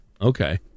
Okay